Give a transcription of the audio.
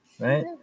Right